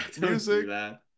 music